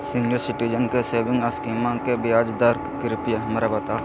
senior citizen के saving स्कीमवा के ब्याज दर कृपया हमरा बताहो